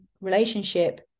relationship